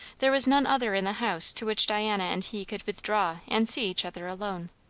there was none other in the house to which diana and he could withdraw and see each other alone.